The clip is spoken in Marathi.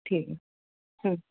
ठीक हं